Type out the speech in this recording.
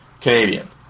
Canadian